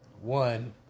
one